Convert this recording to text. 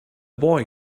boy